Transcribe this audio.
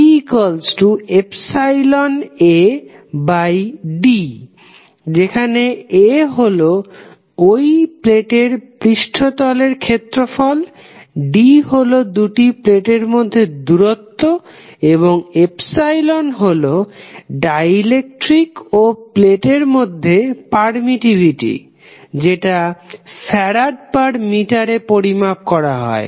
CϵAd যেখানে A হলো ওই প্লেটের পৃষ্ঠতলের ক্ষেত্রফল d হলো দুটি প্লেটের মধ্যে দূরত্ব এবং হলো ডাইইলেকট্রিক ও প্লেটের মধ্যে পারমিটিভিটি Fm এ পরিমাপ করা হয়